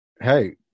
hey